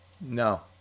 No